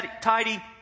tidy